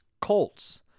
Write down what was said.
Colts